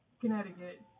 Connecticut